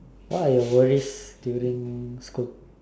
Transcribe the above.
what are your worries during school